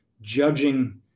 judging